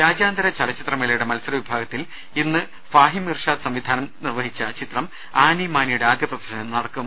രാജ്യാന്തര ചലച്ചിത്രമേളയുടെ മത്സര വിഭാഗത്തിൽ ഇന്ന് ഫാഹിം ഇർഷാദ് സംവിധാനം നിർവഹിച്ച ചിത്രം ആനി മാനിയുടെ ആദ്യ പ്രദർശനം നടക്കും